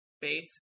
faith